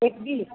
एक दियौ